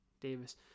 Davis